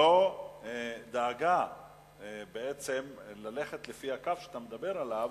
לא דאגו בעצם ללכת לפי הקו שאתה מדבר עליו,